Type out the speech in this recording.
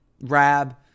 Rab